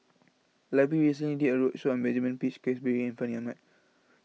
library recently did a roadshow on Benjamin Peach Keasberry and Fandi Ahmad